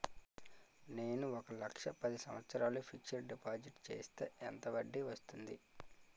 నేను ఒక లక్ష పది సంవత్సారాలు ఫిక్సడ్ డిపాజిట్ చేస్తే ఎంత వడ్డీ వస్తుంది?